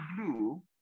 blue